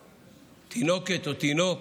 בתינוקת או תינוק